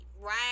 right